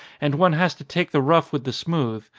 and one has to take the rough with the smooth,